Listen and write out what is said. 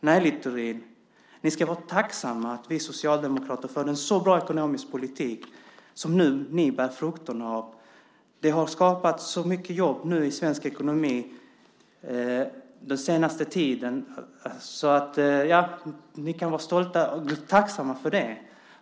Nej Littorin, ni ska vara tacksamma för att vi socialdemokrater förde en så bra ekonomisk politik som ni nu skördar frukterna av. Det har skapat så många jobb i svensk ekonomi den senaste tiden, så ni kan vara tacksamma för det.